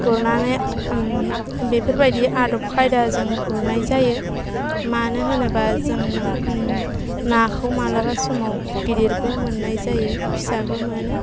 गुरनानै बेफोरबायदि आदब खायदाजों गुरनाय जायो मानो होनोबा जों नाखौ मालाबा समाव गिदिरबो मोननाय जायो फिसाबो मोनो